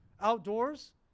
outdoors